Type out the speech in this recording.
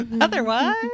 Otherwise